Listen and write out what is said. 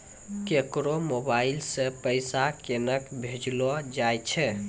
केकरो मोबाइल सऽ पैसा केनक भेजलो जाय छै?